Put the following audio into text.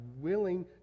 willing